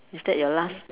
is that your last